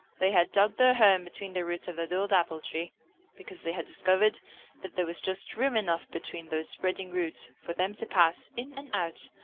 they had dug their home between the roots of that old apple-tree because they had discovered that there was just room enough between those spreading roots for them to pass in and out,